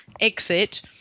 exit